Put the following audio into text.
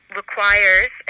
requires